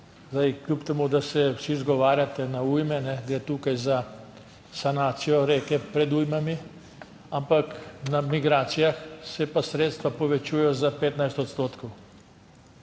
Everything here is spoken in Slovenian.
Zdaj, kljub temu, da se vsi izgovarjate na ujme, gre tukaj za sanacijo reke pred ujmami, ampak na migracijah se pa sredstva povečujejo za 15 odstotkov.